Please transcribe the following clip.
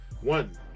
One